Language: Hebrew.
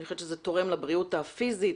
אני חושבת שזה תורם לבריאות הפיזית,